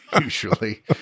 usually